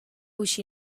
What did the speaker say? uscì